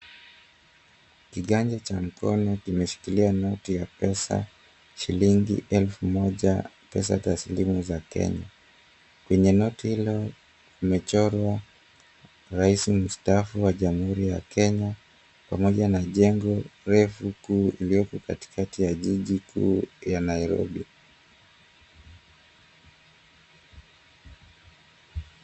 Kiganja cha mkono kimeshikilia noti ya pesa; shilingi elfu moja pesa tasilimu za Kenya. Kwenye noti hilo kumechorwa rais mstaafu wa Jamuhuri ya Kenya pamoja na jengo refu kuu iliyoko katikati ya jiji kuu ya Nairobi.